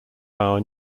hour